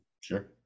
Sure